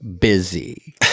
busy